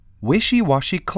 wishy-washy